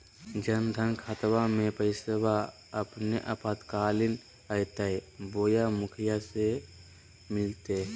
जन धन खाताबा में पैसबा अपने आपातकालीन आयते बोया मुखिया से मिलते?